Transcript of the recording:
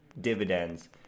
dividends